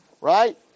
right